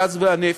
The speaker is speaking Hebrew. הגז והנפט,